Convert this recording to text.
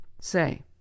say